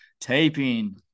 taping